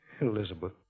Elizabeth